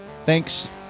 Thanks